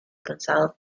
cansado